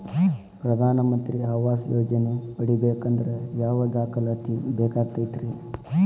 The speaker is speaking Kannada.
ಪ್ರಧಾನ ಮಂತ್ರಿ ಆವಾಸ್ ಯೋಜನೆ ಪಡಿಬೇಕಂದ್ರ ಯಾವ ದಾಖಲಾತಿ ಬೇಕಾಗತೈತ್ರಿ?